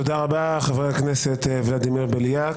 תודה רבה, חבר הכנסת ולדימיר בליאק.